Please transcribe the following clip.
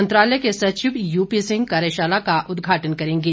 मंत्रालय के सचिव यूपी सिंह कार्यशाला का उदघाटन करेंगे